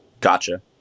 Gotcha